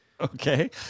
Okay